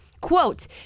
Quote